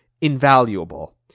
invaluable